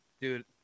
Dude